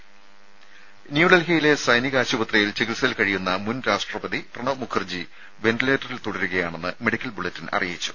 രുമ ന്യൂഡൽഹിയിലെ സൈനികാശുപത്രിയിൽ ചികിത്സയിൽ കഴിയുന്ന മുൻ രാഷ്ട്രപതി പ്രണബ് മുഖർജി വെന്റിലേറ്ററിൽ തുടരുകയാണെന്ന് മെഡിക്കൽ ബുള്ളറ്റിൻ അറിയിച്ചു